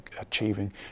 achieving